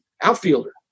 outfielder